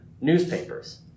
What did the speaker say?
newspapers